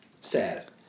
Sad